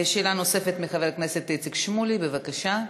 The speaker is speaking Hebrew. שאלה נוספת לחבר הכנסת איציק שמולי, בבקשה.